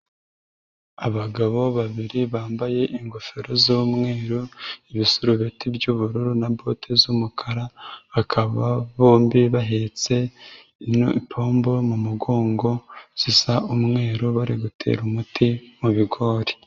Abagabo babiri bambaye ingofero z'umweru, ibisurubeti by'ubururu na bote z'umukara, bakaba bombi bahetse ipombo mu mugongo zisa umweru bari gutera umuti mubigori.